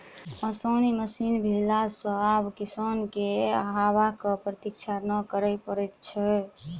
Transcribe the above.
ओसौनी मशीन भेला सॅ आब किसान के हवाक प्रतिक्षा नै करय पड़ैत छै